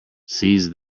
seize